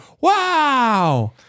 wow